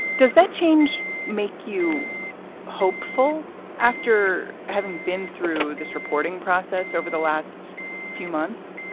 does that change make you hopeful after having been through this reporting process over the last few months?